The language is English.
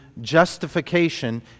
justification